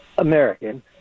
American